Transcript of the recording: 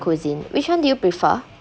cuisine which one do you prefer